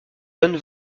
don